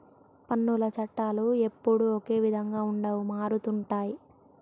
పన్నుల చట్టాలు ఎప్పుడూ ఒకే విధంగా ఉండవు మారుతుంటాయి